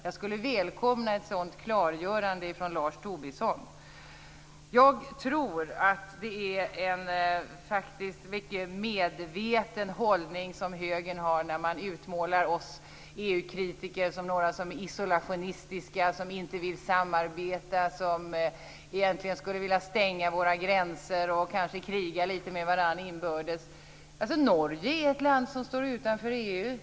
Jag skulle välkomna ett sådant klargörande från Jag tror faktiskt att det är en mycket medveten hållning när högern utmålar oss EU-kritiker som isolationister som inte vill samarbeta och som egentligen skulle vilja stänga våra gränser och kanske kriga lite grann med varandra inbördes. Norge är ett land som står utanför EU.